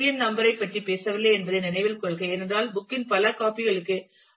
என் number ஐ பற்றி பேசவில்லை என்பதை நினைவில் கொள்க ஏனென்றால் புக் இன் பல காபி களுக்கு ஐ